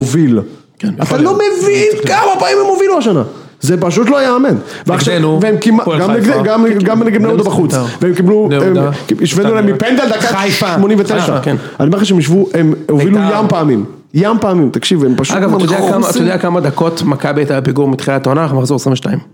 הוביל, אתה לא מבין כמה פעמים הם הובילו השנה, זה פשוט לא ייאמן, והם קיבלו, גם נגד בני יהודה בחוץ, והם קיבלו, השווינו להם מפנדל דקה תשעים... 89, אני אומר לך שהם השוו, הם הובילו ים פעמים, ים פעמים, תקשיב, הם פשוט הובילו. אגב אתה יודע כמה דקות מכבי היתה בפיגור מתחילה העונה, אנחנו מחזור 22.